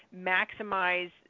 maximize